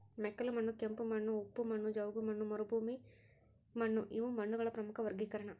ಮೆಕ್ಕಲುಮಣ್ಣು ಕೆಂಪುಮಣ್ಣು ಉಪ್ಪು ಮಣ್ಣು ಜವುಗುಮಣ್ಣು ಮರುಭೂಮಿಮಣ್ಣುಇವು ಮಣ್ಣುಗಳ ಪ್ರಮುಖ ವರ್ಗೀಕರಣ